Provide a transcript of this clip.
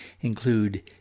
include